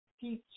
Peach